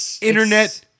internet